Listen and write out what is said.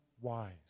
wise